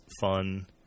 fun